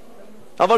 אבל זו המטרה.